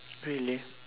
really